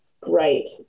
great